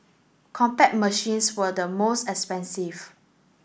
Compaq machines were the most expensive